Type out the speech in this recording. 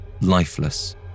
lifeless